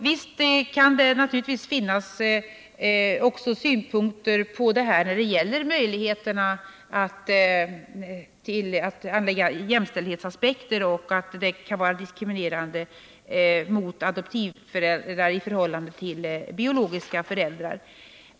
Det kan naturligtvis finnas synpunkter på detta när det gäller möjligheterna att anlägga jämställdhetsaspekter och att det kan vara diskriminerande mot adoptivföräldrar i förhållande till biologiska föräldrar.